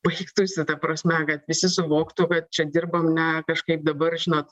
baigtųsi ta prasme kad visi suvoktų kad čia dirbam ne kažkaip dabar žinot